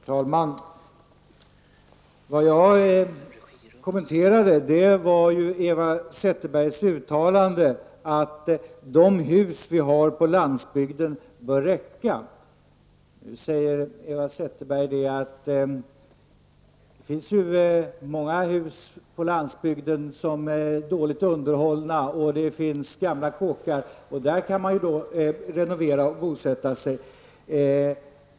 Herr talman! Vad jag kommenterade var ju Eva Zetterbergs uttalande att de hus vi har på landsbygden bör räcka. Nu säger Eva Zetterberg att det på landsbygden finns många hus som är dåligt underhållna, och gamla kåkar, och där kan man renovera och bosätta sig.